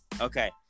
Okay